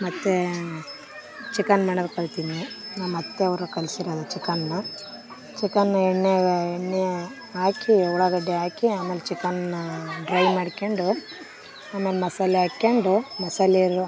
ಮತ್ತು ಚಿಕನ್ ಮಾಡೋದು ಕಲ್ತಿನಿ ನಮ್ಮ ಅತ್ತೆಯವರು ಕಲಿಸಿರೋದು ಚಿಕನ್ನ ಚಿಕನ್ನ ಎಣ್ಣೆಗೆ ಎಣ್ಣೆ ಹಾಕಿ ಉಳ್ಳಾಗಡ್ಡಿ ಹಾಕಿ ಆಮೇಲ್ ಚಿಕನ್ನ ಡ್ರೈ ಮಾಡ್ಕೊಂಡು ಆಮೇಲೆ ಮಸಾಲೆ ಹಾಕ್ಕೊಂಡು ಮಸಾಲೇ